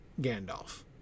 Gandalf